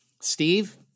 Steve